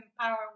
empower